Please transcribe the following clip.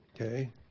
Okay